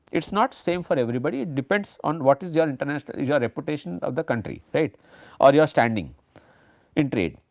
it is not same for everybody, it depends on what is your international your reputation of the country right or you are standing in trade.